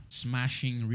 smashing